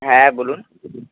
হ্যাঁ বলুন